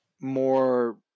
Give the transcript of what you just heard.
more